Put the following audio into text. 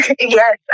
Yes